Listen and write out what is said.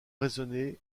raisonnée